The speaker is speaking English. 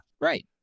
Right